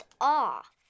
off